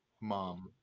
mom